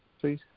please